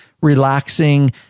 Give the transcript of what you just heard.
relaxing